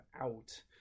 out